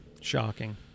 Shocking